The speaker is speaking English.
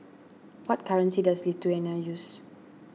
what currency does Lithuania use